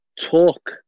talk